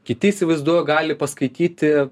kiti įsivaizduoja gali paskaityti